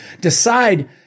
decide